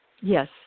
Yes